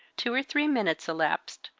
two or three minutes elapsed,